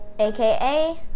Aka